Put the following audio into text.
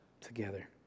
together